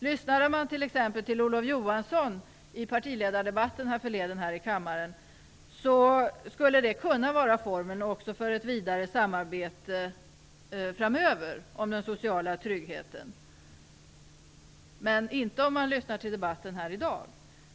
Lyssnade man t.ex. till Olof Johansson i partiledardebatten härförleden i kammaren kunde man tycka att det han sade skulle kunna vara formen för ett vidare samarbete framöver om den sociala tryggheten, men det kan man inte tycka i debatten i dag.